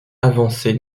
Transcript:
avancées